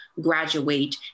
graduate